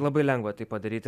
labai lengva tai padaryti